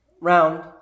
round